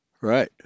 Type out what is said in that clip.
Right